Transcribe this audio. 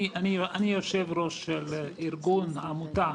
אני יושב-ראש עמותה